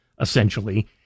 essentially